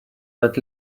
that